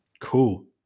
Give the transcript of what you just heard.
cool